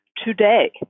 Today